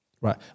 Right